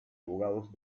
abogados